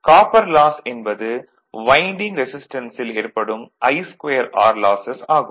copper loss என்பது winding ரெசிஸ்டன்சில் ஏற்படும் I2R லாசஸ் ஆகும்